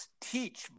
teach